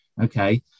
okay